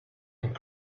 and